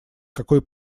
какой